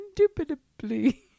indubitably